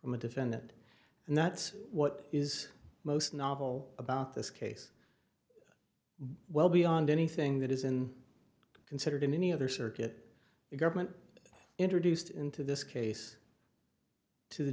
from a defendant and that's what is most novel about this case well beyond anything that isn't considered in any other circuit the government introduced into this case to the